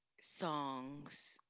songs